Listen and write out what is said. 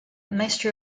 maestro